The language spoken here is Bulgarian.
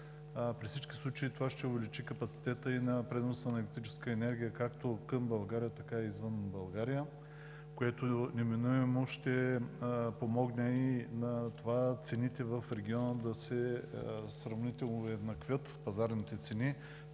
При всички случаи това ще увеличи капацитета и на преноса на електрическа енергия както към България, така и извън България, което неминуемо ще помогне пазарните цени в региона сравнително да се уеднаквят, така